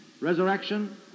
resurrection